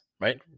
right